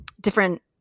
different